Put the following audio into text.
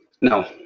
No